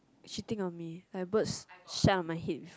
chipping on me my birch stand on my head